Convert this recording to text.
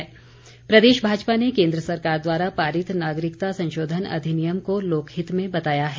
समर्थन प्रदेश भाजपा ने केन्द्र सरकार द्वारा पारित नागरिकता संशोधन अधिनियम को लोकहित में बताया है